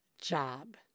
job